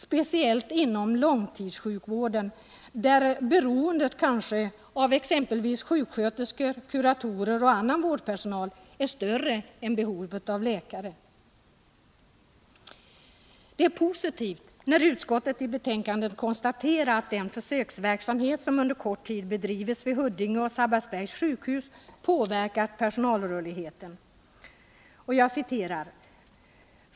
Speciellt inom långtidssjukvården är kanske beroendet av sjuksköterskor, kuratorer och annan vårdpersonal större än behovet av läkare. Det är positivt när utskottet i betänkandet konstaterar att den försöksverksamhet som under kort tid bedrivits vid Huddinge och Sabbatsbergs sjukhus påverkat personalrörligheten.